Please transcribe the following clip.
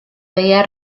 veía